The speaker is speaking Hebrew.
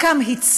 את חלקן הצמיד,